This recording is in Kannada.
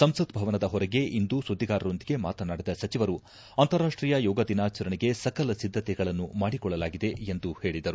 ಸಂಸತ್ ಭವನದ ಹೊರಗೆ ಇಂದು ಸುದ್ದಿಗಾರರೊಂದಿಗೆ ಮಾತನಾಡಿದ ಸಚಿವರು ಅಂತಾರಾಷ್ಷೀಯ ಯೋಗಾದಿನಾಚರಣೆಗೆ ಸಕಲ ಸಿದ್ದತೆಗಳನ್ನು ಮಾಡಿಕೊಳ್ಳಲಾಗಿದೆ ಎಂದು ಹೇಳಿದರು